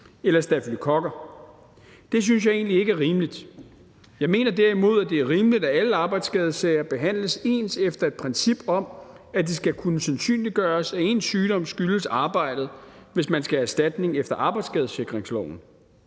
eller stafylokokker. Det synes jeg egentlig ikke er rimeligt. Jeg mener derimod, at det er rimeligt, at alle arbejdsskadesager behandles ens efter et princip om, at det skal kunne sandsynliggøres, at ens sygdom skyldes arbejdet, hvis man skal have erstatning efter arbejdsskadesikringsloven.